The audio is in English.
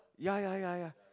ya ya ya ya